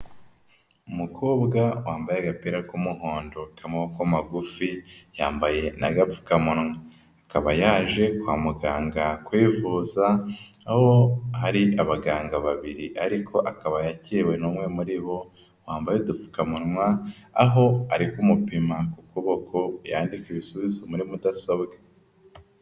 Umukobwa wambaye agapira k'umuhondo k'amaboko magufi, yambaye n'agapfukamunwa. Akaba yaje kwa muganga kwivuza, aho hari abaganga babiri, ariko akaba yakiriwe n'umwe muri bo bambaye udupfukamunwa, aho ari kumupima ku kuboko yandika ibisubizo muri mudasobwa.